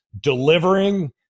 delivering